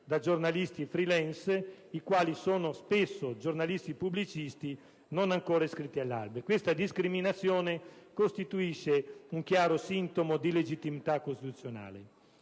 giornalisti *freelancer*, i quali sono spesso giornalisti pubblicisti non ancora iscritti all'albo. Questa discriminazione costituisce un chiaro sintomo di illegittimità costituzionale.